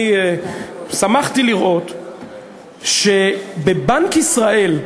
אני שמחתי לראות שבבנק ישראל,